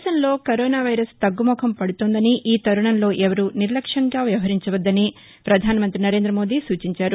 దేశంలో corona virus తగ్గుముఖం పడుతోందని ఎవరూ నిర్లక్ష్యంగా వ్యవహరించవద్దని ప్రధానమంతి నరేంద్ర మోదీ సూచించారు